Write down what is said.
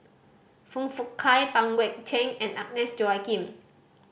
Foong Fook Kay Pang Guek Cheng and Agnes Joaquim